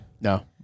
No